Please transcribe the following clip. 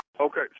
Okay